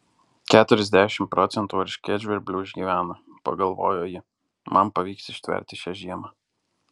keturiasdešimt procentų erškėtžvirblių išgyvena pagalvojo ji man pavyks ištverti šią žiemą